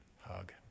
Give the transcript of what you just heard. hug